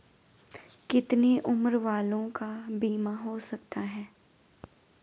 कितने उम्र वालों का बीमा हो सकता है?